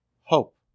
hope